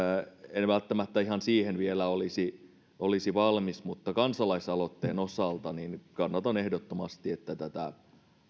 en välttämättä ihan siihen vielä olisi olisi valmis mutta kansalaisaloitteiden osalta kannatan ehdottomasti että tätä